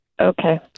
Okay